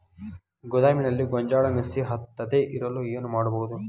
ಗೋದಾಮಿನಲ್ಲಿ ಗೋಂಜಾಳ ನುಸಿ ಹತ್ತದೇ ಇರಲು ಏನು ಮಾಡುವುದು?